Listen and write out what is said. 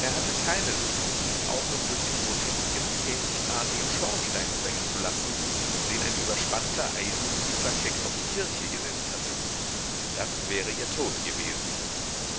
er hatte keine lust sie nun auch noch durch den grotesken käfigartigen schornstein zwängen zu lassen den ein überspannter eisengießer keck auf die kirche gesetzt hatte das wäre ihr tod gewesen